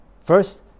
First